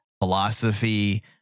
philosophy